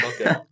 okay